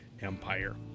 empire